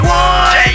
one